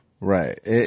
Right